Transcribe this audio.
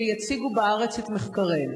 שיציגו בארץ את מחקריהם,